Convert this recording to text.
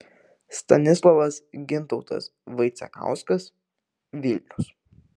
stanislovas gintautas vaicekauskas vilnius